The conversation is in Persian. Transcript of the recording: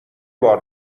بار